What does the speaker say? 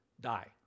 die